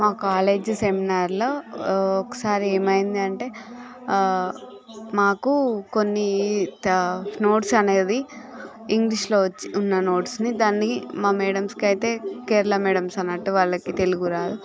మా కాలేజ్ సెమినార్లో ఒకసారి ఏమైంది అంటే మాకు కొన్ని నోట్స్ అనేది ఇంగ్లీషులో వచ్చి ఉన్న నోట్స్ని దాన్ని మా మేడంస్కి అయితే కేరళ మేడమ్స్ అన్నట్టు వాళ్ళకి తెలుగు రాదు